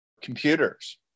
computers